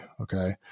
Okay